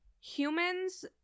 humans